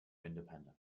independence